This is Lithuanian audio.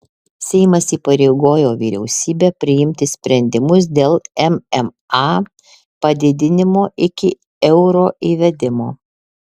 seimas įpareigojo vyriausybę priimti sprendimus dėl mma padidinimo iki euro įvedimo